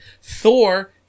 Thor